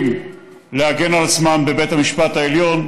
המתיישבים להגן על עצמם בבית המשפט העליון.